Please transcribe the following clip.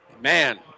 Man